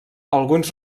alguns